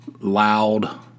loud